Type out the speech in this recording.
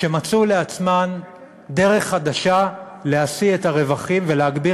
שמצאו לעצמן דרך חדשה להשיא את הרווחים ולהגביר